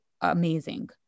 amazing